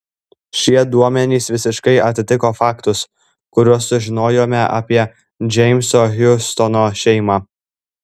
šie duomenys visiškai atitiko faktus kuriuos sužinojome apie džeimso hiustono šeimą